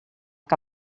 que